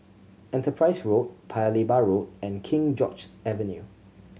Enterprise Road Paya Lebar Road and King George's Avenue